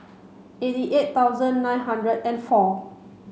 eighty eight thousand nine hundred and four